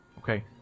Okay